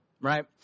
right